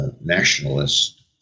nationalist